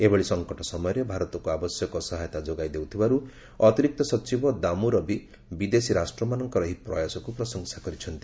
ଏଭଳି ସଙ୍କଟ ସମୟରେ ଭାରତକୁ ଆବଶ୍ୟକ ସହାୟତା ଯୋଗାଇ ଦେଉଥିବାରୁ ଅତିରିକ୍ତ ସଚିବ ଦାନ୍ଷୁ ରବି ବିଦେଶୀ ରାଷ୍ଟ୍ରମାନଙ୍କର ଏହି ପ୍ରୟାସକୁ ପ୍ରଶଂସା କରିଛନ୍ତି